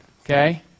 okay